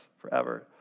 forever